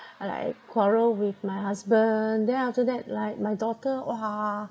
like I quarrel with my husband then after that like my daughter !wah!